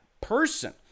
person